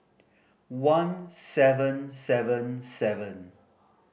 one seven seven seven